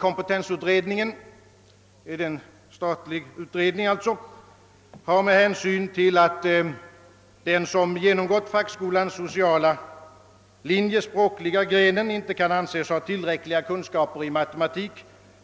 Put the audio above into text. Kompetensutredningen, alltså en statlig utredning, har med hänsyn till att den som genomgått fackskolans sociala linje, språkliga grenen, inte kan anses ha tillräckliga kunskaper i matematik,